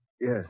Yes